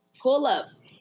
pull-ups